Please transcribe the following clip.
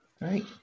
Right